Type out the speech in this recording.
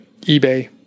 eBay